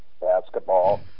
basketball